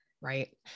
Right